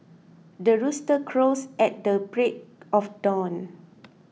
the rooster crows at the break of dawn